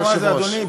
ראית מה זה, אדוני?